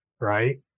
Right